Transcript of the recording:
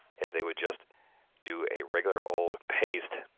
if they would just do a regular old paste,